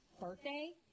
Birthday